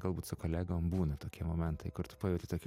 galbūt su kolegom būna tokie momentai kur tu pajauti tokį